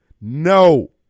No